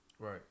Right